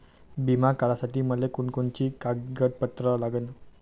बिमा काढासाठी मले कोनची कोनची कागदपत्र लागन?